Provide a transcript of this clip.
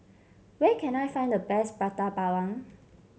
where can I find the best Prata Bawang